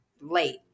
late